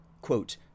quote